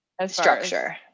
structure